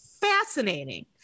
fascinating